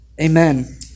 amen